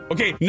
Okay